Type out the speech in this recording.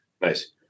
Nice